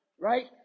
right